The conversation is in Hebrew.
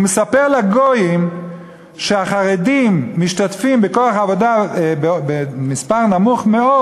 הוא מספר לגויים שהחרדים משתתפים בכוח העבודה במספר נמוך מאוד,